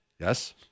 Yes